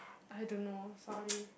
I don't know sorry